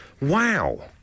Wow